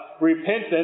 Repentance